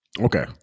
okay